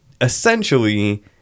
essentially